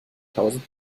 tausend